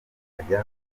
ajya